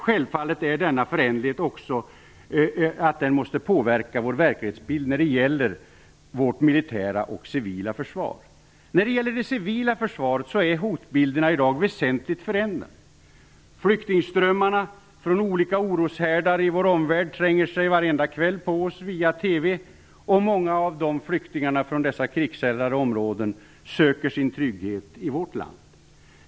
Självfallet måste denna föränderlighet påverka vår verklighetsbild när det gäller vårt militära och civila försvar. När det gäller det civila försvaret är hotbilderna i dag väsentligt förändrade. Flyktingströmmarna från olika oroshärdar i vår omvärld tränger sig varenda kväll på oss via TV. Många av flyktingarna från dessa krigshärjade områden söker sin trygghet i vårt land.